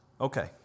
Okay